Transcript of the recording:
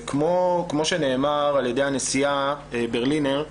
כפי שנאמר על ידי הנשיאה ברלינר,